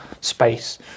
space